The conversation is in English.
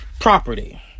Property